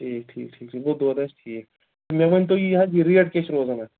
ٹھیٖک ٹھیٖک ٹھیٖک ٹھیٖک گوٚو دۄد آسہِ ٹھیٖک مےٚ ؤنۍ تو یہِ حظ یہِ ریٹ کیٛاہ چھِ روزان اَتھ